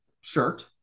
shirt